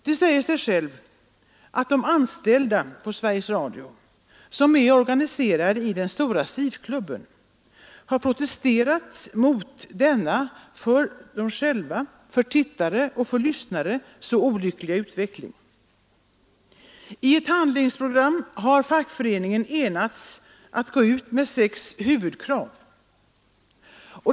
Det säger sig självt att de anställda på Sveriges Radio, som är organiserade i den stora SIF-klubben, har protesterat mot denna för dem själva, för tittare och för lyssnare så olyckliga utveckling. I ett handlingsprogram har fackföreningen enats om att gå ut med sex huvudkrav.